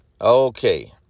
okay